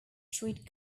treat